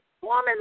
Woman